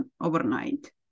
overnight